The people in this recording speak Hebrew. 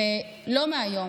ולא מהיום.